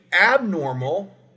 abnormal